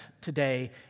today